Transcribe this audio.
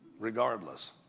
regardless